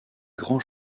grands